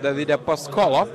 davide paskolo